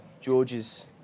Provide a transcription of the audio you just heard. George's